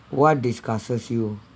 what discusses you